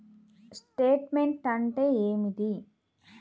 Statement అంటే ఏమిటి?